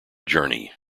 journey